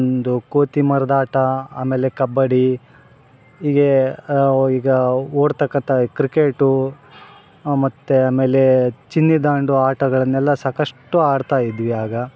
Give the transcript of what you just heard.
ಒಂದು ಕೋತಿ ಮರದ ಆಟ ಆಮೇಲೆ ಕಬಡ್ಡಿ ಹೀಗೆ ಇಗ ಓಡ್ತಾಕಂತ ಕ್ರಿಕೇಟು ಮತ್ತು ಆಮೇಲೆ ಚಿನ್ನಿ ದಾಂಡು ಆಟಗಳನ್ಯಲ್ಲ ಸಾಕಷ್ಟು ಆಡ್ತಾಯಿದ್ವಿ ಆಗ